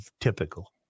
typical